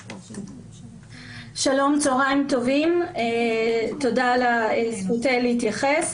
שלום, צהריים טובים, תודה על הזכות להתייחס.